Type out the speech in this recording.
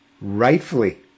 rightfully